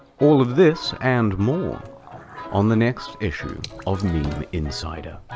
all of this and more on the next issue of meme insider.